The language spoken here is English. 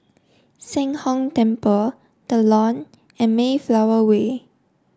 Sheng Hong Temple The Lawn and Mayflower Way